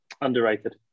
Underrated